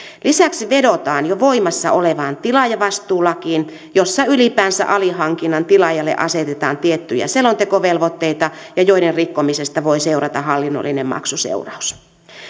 lisäksi vedotaan jo voimassa olevaan tilaajavastuulakiin jossa ylipäänsä alihankinnan tilaajalle asetetaan tiettyjä selontekovelvoitteita ja joiden rikkomisesta voi seurata hallinnollinen maksuseuraus